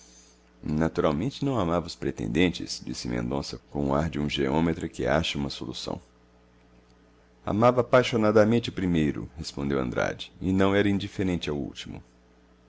naturalmente não amava os pretendentes disse mendonça com o ar de um geômetra que acha uma solução amava apaixonadamente o primeiro respondeu andrade e não era indiferente ao último